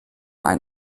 ein